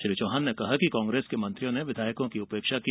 श्री चौहान ने कहा कि कांग्रेस के मंत्रियों ने विधायकों की उपेक्षा की